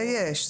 זה יש.